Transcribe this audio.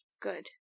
Good